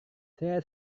saya